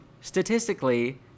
Statistically